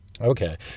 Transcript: Okay